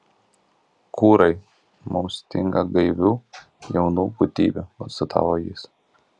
kūrai mums stinga gaivių jaunų būtybių konstatavo jis